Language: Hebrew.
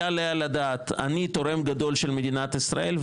היה עליה לדעת אני תורם גדול של מדינת ישראל,